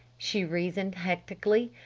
she reasoned hectically.